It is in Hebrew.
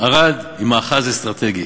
ערד היא מאחז אסטרטגי,